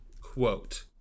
quote